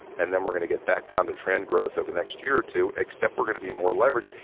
and then we're going to get back down to trend growth over the next year or two, except we're going to be more leveraged,